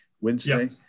Wednesday